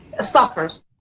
suffers